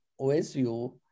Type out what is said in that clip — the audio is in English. OSU